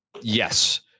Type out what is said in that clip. Yes